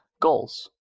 goals